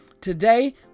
Today